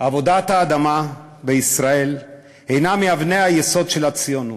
עבודת האדמה בישראל, היא מאבני היסוד של הציונות,